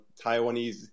Taiwanese